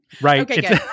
right